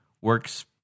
works